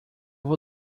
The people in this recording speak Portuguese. vou